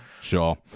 Sure